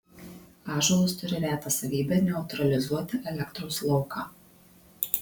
ąžuolas turi retą savybę neutralizuoti elektros lauką